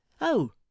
Oh